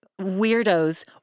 weirdos